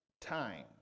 time